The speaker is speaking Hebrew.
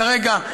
כרגע,